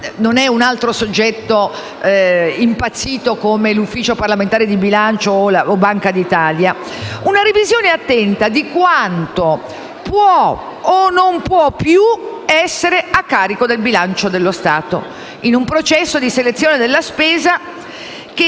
non è un atto altro soggetto impazzito come l'Ufficio parlamentare di bilancio o la Banca d'Italia), «una revisione attenta di quanto può o non può più essere a carico del bilancio dello Stato, in un processo di selezione della spesa